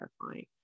terrifying